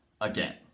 again